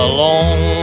Alone